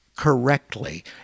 correctly